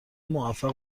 موفق